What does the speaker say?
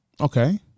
Okay